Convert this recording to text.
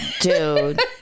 dude